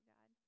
God